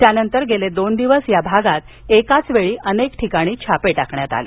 त्यानंतर गेले दोन दिवस या भागात एकाच वेळी अनेक ठिकाणी छापे टाकण्यात आले